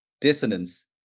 dissonance